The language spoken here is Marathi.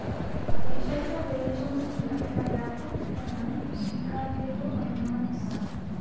पैशाचा वेळेचो मू्ल्य ह्या व्यापकपणान स्वीकारलेलो अनुमान असा